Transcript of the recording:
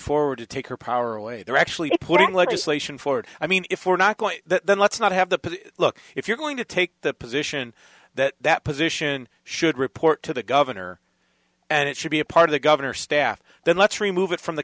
forward to take her power away they're actually putting legislation forward i mean if we're not going to then let's not have the look if you're going to take the position that that position should report to the governor and it should be a part of the governor's staff then let's remove it from the